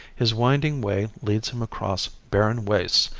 his winding way leads him across barren wastes,